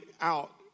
out